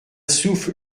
souffle